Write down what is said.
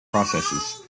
processes